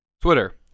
Twitter